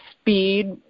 speed